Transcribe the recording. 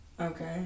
Okay